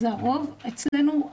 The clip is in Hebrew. זה הרוב אצלנו.